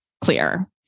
clear